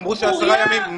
אמרו עשרה ימים.